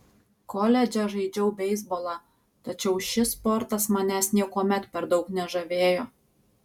koledže žaidžiau beisbolą tačiau šis sportas manęs niekuomet per daug nežavėjo